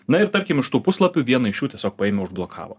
na ir tarkim iš tų puslapių vieną iš jų tiesiog paėmė užblokavo